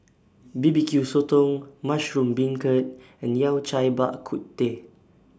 B B Q Sotong Mushroom Beancurd and Yao Cai Bak Kut Teh